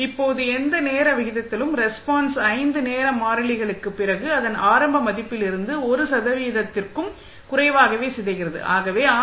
இப்போது எந்த நேர விகிதத்திலும் ரெஸ்பான்ஸ் 5 நேர மாறிலிகளுக்குப் பிறகு அதன் ஆரம்ப மதிப்பில் இருந்து 1 சதவீதத்திற்கும் குறைவாகவே சிதைகிறது ஆகவே ஆர்